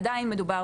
עדיין מדובר